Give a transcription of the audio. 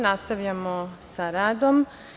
Nastavljamo sa radom.